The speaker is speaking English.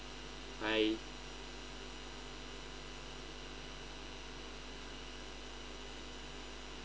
bye